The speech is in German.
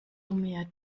mir